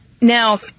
Now